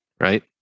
right